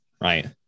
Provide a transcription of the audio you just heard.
Right